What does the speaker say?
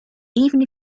even